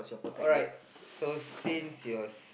alright so since your